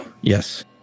Yes